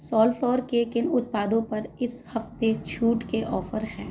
सोलफ्लॉवर के किन उत्पादों पर इस हफ़्ते छूट के ऑफर हैं